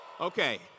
Okay